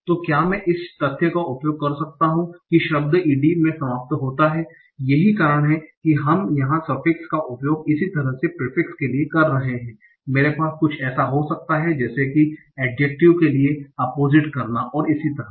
तो क्या मैं इस तथ्य का उपयोग कर सकता हूं कि शब्द ed में समाप्त होता है यही कारण है कि हम यहां सफिक्स का उपयोग इसी तरह से प्रिफिक्स के लिए कर रहे हैं मेरे पास कुछ ऐसा हो सकता है जैसे कि एड्जेक्टिवस के लिए अपोजिट करना और इसी तरह